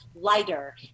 lighter